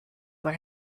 were